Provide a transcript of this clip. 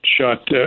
shot